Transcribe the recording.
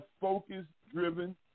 focus-driven